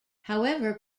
however